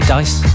Dice